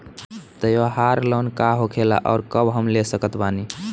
त्योहार लोन का होखेला आउर कब हम ले सकत बानी?